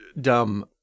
dumb